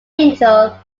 angel